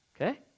okay